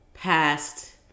past